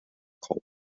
coal